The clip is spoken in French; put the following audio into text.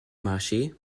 marcher